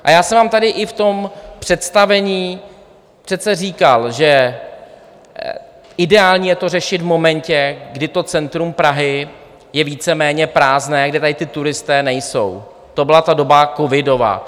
A já jsem vám tady i v tom představení přece říkal, že ideální je to řešit v momentě, kdy centrum Prahy je víceméně prázdné, kdy tady ti turisté nejsou, to byla ta doba covidová.